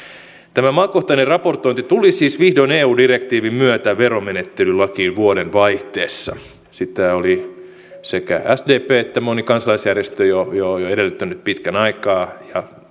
tämä maakohtainen raportointi tuli siis vihdoin eu direktiivin myötä veromenettelylakiin vuodenvaihteessa sitä oli sekä sdp että moni kansalaisjärjestö jo edellyttänyt pitkän aikaa ja